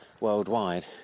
worldwide